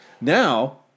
Now